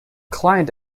client